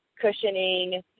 cushioning